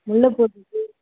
முல்லைப்பூ இருக்கு